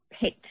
pet